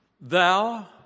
Thou